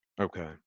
Okay